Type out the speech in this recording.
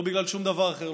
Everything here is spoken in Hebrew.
לא בגלל שום דבר אחר,